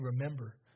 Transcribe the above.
remember